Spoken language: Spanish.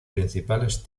principales